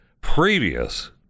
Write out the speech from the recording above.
previous